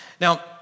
Now